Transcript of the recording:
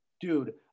dude